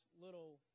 little